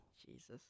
Jesus